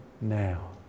now